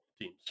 teams